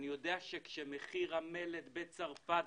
אני יודע שכשמחיר המלט בצרפת,